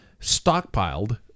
stockpiled